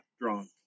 drunk